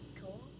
cool